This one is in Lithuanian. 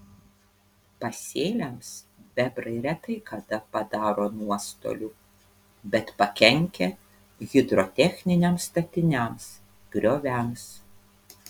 pasėliams bebrai retai kada padaro nuostolių bet pakenkia hidrotechniniams statiniams grioviams